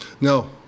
No